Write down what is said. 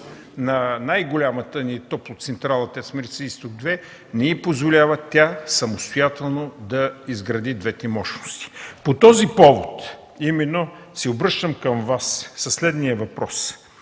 на най-голямата ни топлоцентрала „Марица Изток 2”, не й позволява самостоятелно да изгради двете мощности. По този повод именно се обръщам към Вас със следния въпрос: